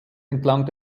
entlang